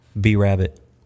B-Rabbit